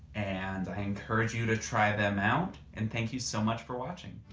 and i encourage you to try them out. and thank you so much for watching.